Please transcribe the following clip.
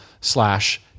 slash